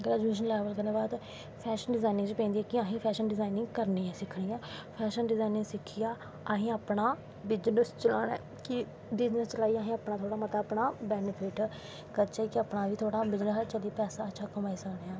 graduation level करनैं दै बाद फैशन डिज़ाईनिंग च पेई जंदियां कि असैं फैशन डिज़ाईनिंग करनीं ऐं सिक्खनीं ऐं फैशन डिज़ाईनिंग सिक्खियै असैं अपनां बिज़नस चलानां ऐ कि बिज़नस चलाईयै असैं अपनां थोह्ड़ा मता बैनिफिट करचै कि पैसा अच्छा कमाई सकने आं